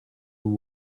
and